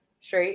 Straight